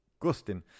Gustin